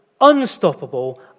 unstoppable